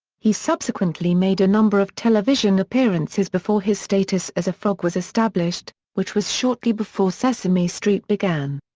he subsequently made a number of television appearances before his status as a frog was established, which was shortly before sesame street began.